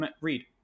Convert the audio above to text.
read